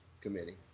Committee